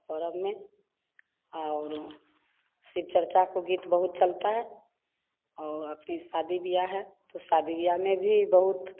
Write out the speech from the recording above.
और पर्व में और शिव चर्चा को गीत बहुत चलता है और अपनी शादी ब्याह है तो शादी ब्याह में भी बहुत